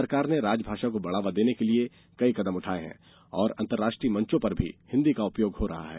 सरकार ने राजभाषा को बढ़ावा देने के लिए कई कदम उठाए हैं तथा अंतर्राष्ट्रीय मंचों पर भी हिन्दी का उपयोग हो रहा है